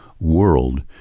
world